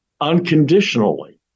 unconditionally